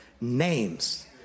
Names